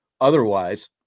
otherwise